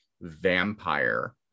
vampire